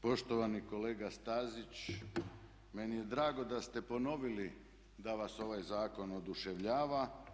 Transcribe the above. Poštovani kolega Stazić, meni je drago da ste ponovili da vas ovaj zakon oduševljava.